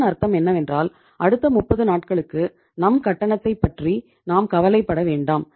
இதன் அர்த்தம் என்னவென்றால் அடுத்த 30 நாட்களுக்கு நம் கட்டணத்தைப் பற்றி நாம் கவலைப்பட வேண்டாம்